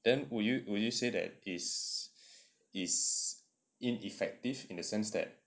then would you would you say that is is ineffective in the sense that